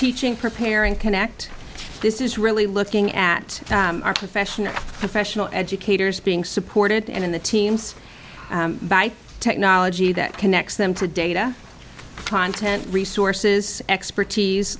teaching preparing connect this is really looking at our professional professional educators being supported and the team's technology that connects them to data on ten resources expertise